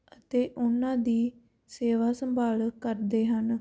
ਅਤੇ ਉਹਨਾਂ ਦੀ ਸੇਵਾ ਸੰਭਾਲ ਕਰਦੇ ਹਨ